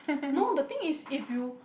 no the thing is if you